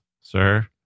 sir